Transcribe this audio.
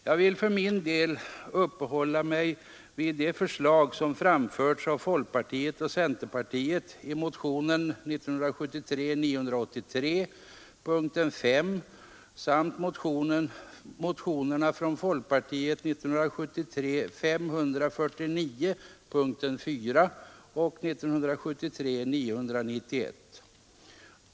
Jag vill för min del uppehålla mig vid de förslag som framförts av folkpartiet och centerpartiet i motionen 983, punkten 5, samt i motionerna från folkpartiet 549, punkten 4, och 991.